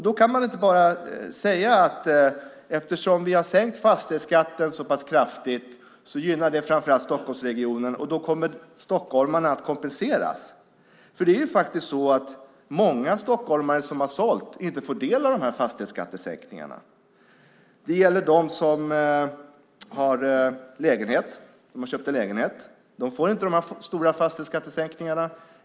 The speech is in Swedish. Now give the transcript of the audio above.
Då kan man inte bara säga att eftersom man har sänkt fastighetsskatten så pass kraftigt gynnar det framför allt Stockholmsregionen och att stockholmarna då kommer att kompenseras. Det är faktiskt så att många stockholmare som har sålt bostäder inte får del av fastighetsskattesänkningarna. De som har köpt en lägenhet får inte de stora fastighetsskattesänkningarna.